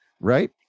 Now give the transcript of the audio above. right